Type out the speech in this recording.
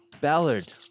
Ballard